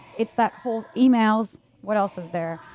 it's that whole. emails, what else is there?